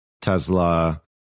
Tesla